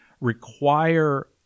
require